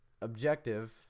objective